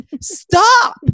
Stop